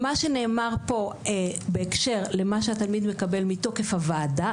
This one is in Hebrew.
מה שנאמר פה בהקשר למה שהתלמיד מקבל מתוקף הוועדה,